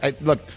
Look